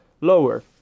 lower